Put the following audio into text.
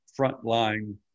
frontline